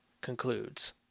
concludes